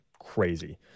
crazy